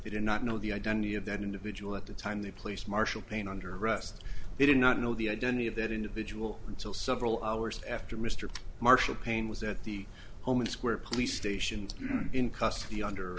they did not know the identity of that individual at the time the place marshal pain under arrest they did not know the identity of that individual until several hours after mr marshall payne was at the home and square police stations in custody under